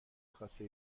کاسه